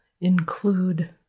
include